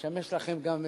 אשמש לכם גם,